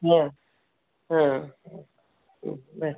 ಹಾಂ ಹಾಂ ಹ್ಞೂ ಬಾಯ್